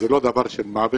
זה לא דבר של מה בכך,